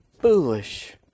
foolish